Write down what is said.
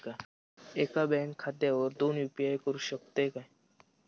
एका बँक खात्यावर दोन यू.पी.आय करुक शकतय काय?